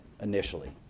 initially